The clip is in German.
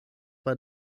war